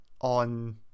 on